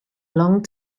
long